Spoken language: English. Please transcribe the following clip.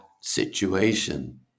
situation